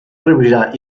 revisar